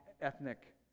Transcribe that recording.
ethnic